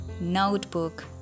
notebook